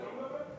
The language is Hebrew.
תעלה.